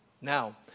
Now